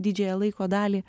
didžiąją laiko dalį